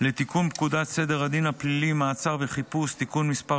לתיקון פקודת סדר הדין הפלילי (מעצר וחיפוש) (תיקון מס'